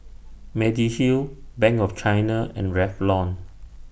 Mediheal Bank of China and Revlon